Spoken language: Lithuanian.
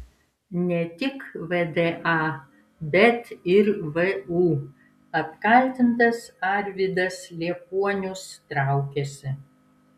ne tik vda bet ir vu apkaltintas arvydas liepuonius traukiasi